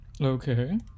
Okay